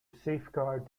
safeguard